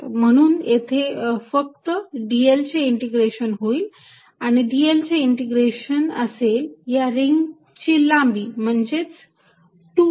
म्हणून येथे फक्त dl चे इंटिग्रेशन असेल आणि dl चे इंटिग्रेशन असेल या रिंग ची लांबी म्हणजेच 2 पाय R